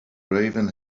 raven